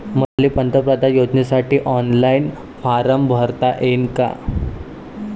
मले पंतप्रधान योजनेसाठी ऑनलाईन फारम भरता येईन का?